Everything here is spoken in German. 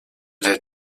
der